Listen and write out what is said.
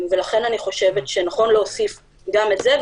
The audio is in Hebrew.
ולכן אני חושבת שנכון להוסיף גם את זה,